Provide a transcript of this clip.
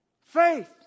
Faith